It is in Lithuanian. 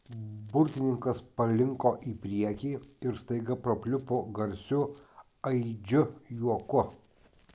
burtininkas palinko į priekį ir staiga prapliupo garsiu aidžiu juoku